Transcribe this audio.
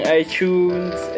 iTunes